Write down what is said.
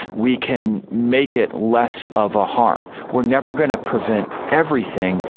we can make it less of a harm. we're never going to prevent everything,